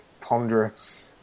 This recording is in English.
ponderous